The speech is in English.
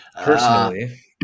Personally